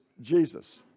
Jesus